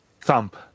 thump